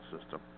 system